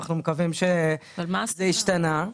אנחנו מקווים שזה ישתנה.